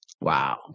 wow